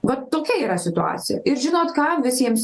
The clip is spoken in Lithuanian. vat tokia yra situacija ir žinot ką visiems